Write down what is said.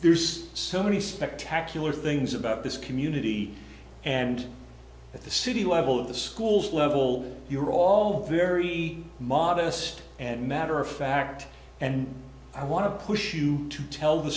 there's so many spectacular things about this community and at the city level of the schools level you are all very modest and matter of fact and i want to push you to tell the